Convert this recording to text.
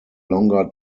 longer